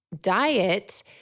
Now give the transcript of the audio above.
diet